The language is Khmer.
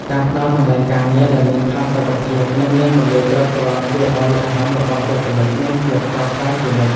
ការផ្តល់កន្លែងការងារដែលមានផាសុកភាពនិងមានពន្លឺគ្រប់គ្រាន់ ជួយឱ្យអារម្មណ៍របស់បុគ្គលិកមានភាពស្រស់ស្រាយជានិច្ច។